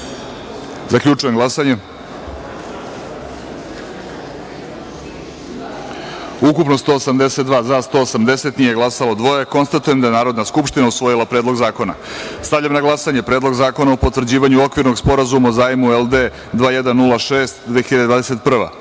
celini. Zaključujem glasanje: ukupno 182, za – 180, nije glasalo – dvoje. Konstatujem da je Narodna skupština usvojila Predlog zakona. Stavljam na glasanje Predlog zakona o potvrđivanju Okvirnog sporazuma o zajmu LD 2106 (2021)